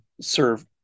serve